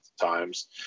times